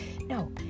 No